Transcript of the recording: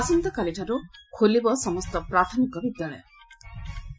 ଆସନ୍ତାକାଲିଠାରୁ ଖୋଲିବ ସମସ୍ତ ପ୍ରାଥମିକ ବିଦ୍ୟାଳୟଗୁଡ଼ି